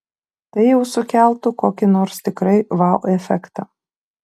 tai jau sukeltų kokį nors tikrai vau efektą